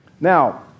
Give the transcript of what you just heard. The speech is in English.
Now